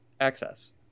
access